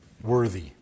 worthy